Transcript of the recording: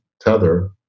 Tether